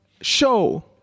show